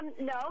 No